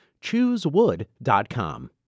Choosewood.com